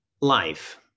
life